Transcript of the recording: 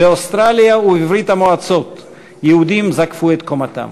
באוסטרליה ובברית-המועצות יהודים זקפו את קומתם.